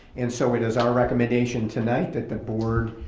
and so it is our recommendation tonight that the board